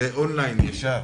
זה און-ליין, ישר.